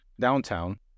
downtown